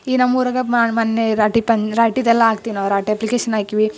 ಈಗ ನಮ್ಮೂರಾಗೆ ಮೊನ್ನೆ ರಾಟಿ ಪನ್ ರಾಟಿದೆಲ್ಲ ಹಾಕ್ತೀವ್ ನಾವು ರಾಟಿ ಅಪ್ಲಿಕೇಶನ್ ಹಾಕೀವಿ